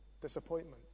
disappointment